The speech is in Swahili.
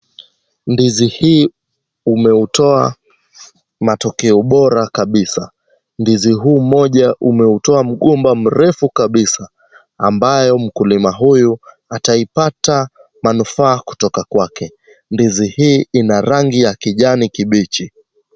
Ndizi hii umeutoa matokeo bora kabisa. Ndizi huu mmoja umeutoa mgomba mrefu kabisa, ambayo mkulima huyu ataipata manufaa kutoka kwake. Ndizi hii ina rangi ya kijani kibichi.